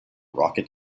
rocket